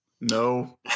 No